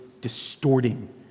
distorting